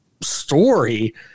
story